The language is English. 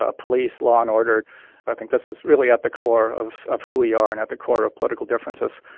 ah police, law and order i think this is really at the core of of who we are and at the core of political differences.